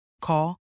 Call